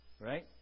Right